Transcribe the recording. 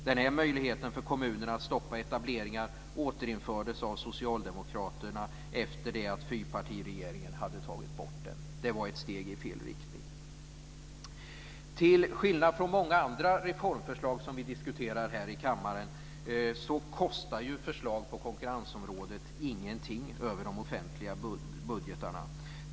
Denna möjlighet för kommunerna att stoppa etableringar återinfördes av socialdemokraterna efter det att fyrpartiregeringen hade tagit bort den. Det var ett steg i fel riktning. Till skillnad från många andra reformförslag som vi diskuterar här i kammaren kostar förslag på konkurrensområdet ingenting över de offentliga budgeterna.